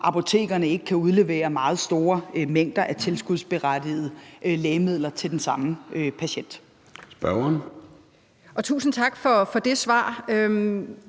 apotekerne ikke kan udlevere meget store mængder af tilskudsberettigede lægemidler til den samme patient. Kl. 13:19 Formanden (Søren